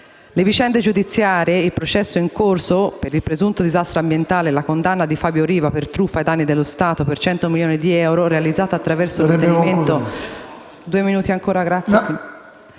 Le vicende giudiziarie, il processo in corso per il presunto disastro ambientale e la condanna di Fabio Riva per truffa ai danni dello Stato per 100 milioni di euro realizzata attraverso l'ottenimento di contributi pubblici,